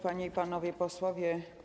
Panie i Panowie Posłowie!